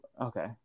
okay